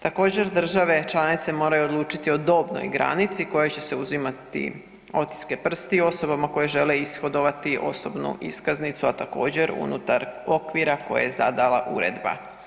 Također države članice moraju odlučiti o dobnoj granici koja će uzimati otiske prstiju osobama koje žele ishodovati osobnu iskaznicu, a također unutar okvira koje je zadala uredba.